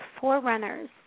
forerunners